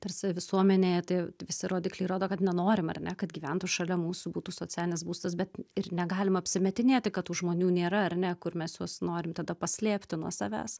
tarsi visuomenėje tai visi rodikliai rodo kad nenorim ar ne kad gyventų šalia mūsų būtų socialinis būstas bet ir negalima apsimetinėti kad tų žmonių nėra ar ne kur mes juos norim tada paslėpti nuo savęs